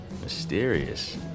Mysterious